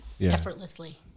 effortlessly